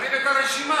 סוגרים את הרשימה.